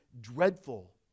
dreadful